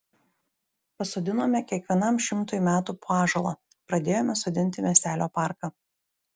pasodinome kiekvienam šimtui metų po ąžuolą pradėjome sodinti miestelio parką